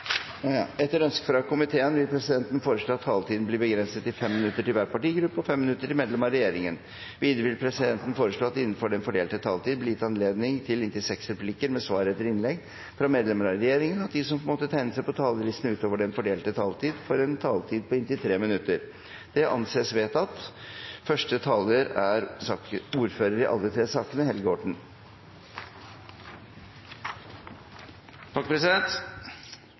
Etter ønske fra transport- og kommunikasjonskomiteen vil presidenten foreslå at taletiden blir begrenset til 5 minutter til hver partigruppe og 5 minutter til medlemmer av regjeringen. Videre vil presidenten foreslå at det – innenfor den fordelte taletid – blir gitt anledning til inntil seks replikker med svar etter innlegg fra medlemmer av regjeringen, og at de som måtte tegne seg på talerlisten utover den fordelte taletid, får en taletid på inntil 3 minutter. – Det anses vedtatt.